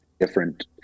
different